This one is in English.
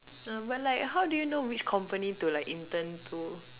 uh but like how do you know like which company to intern to